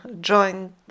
join